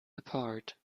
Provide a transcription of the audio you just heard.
apart